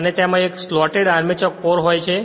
અને તેમાં એક સ્લોટેડ આર્મચર કોર હોય છે